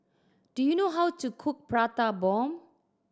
do you know how to cook Prata Bomb